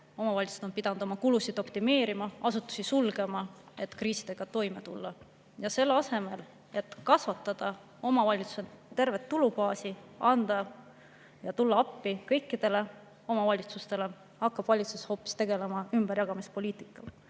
omavalitsused pidanud oma kulusid optimeerima ja asutusi sulgema, et kriisidega toime tulla. Selle asemel et kasvatada omavalitsuste tervet tulubaasi ning anda [lisavahendeid] ja tulla appi kõikidele omavalitsustele, hakkab valitsus hoopis tegelema ümberjagamispoliitikaga.